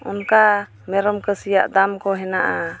ᱚᱱᱠᱟ ᱢᱮᱨᱚᱢ ᱠᱷᱟᱹᱥᱤᱭᱟᱜ ᱫᱟᱢ ᱠᱚ ᱦᱮᱱᱟᱜᱼᱟ